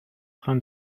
train